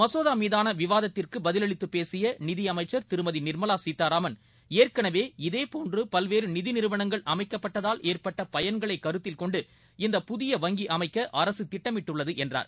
மசோதா மீதான விவாதத்திற்கு பதிலளித்து பேசிய நிதியமைச்சர் திருமதி நிர்மலா சீதாராமன் ஏற்கனவே இதேபோன்று பல்வேறு நிதி நிறுவனங்கள் அமைக்கப்பட்டதால் ஏற்பட்ட பயன்களை கருத்தில் கொண்டு இந்த புதிய வங்கி அமைக்க அரசு திட்டமிட்டுள்ளது என்றார்